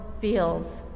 feels